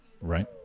Right